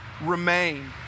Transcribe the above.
remain